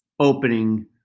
Opening